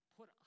Put